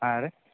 ಹಾಂ ರೀ